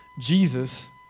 Jesus